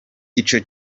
icyo